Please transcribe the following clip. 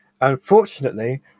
Unfortunately